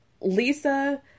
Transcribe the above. Lisa